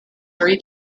three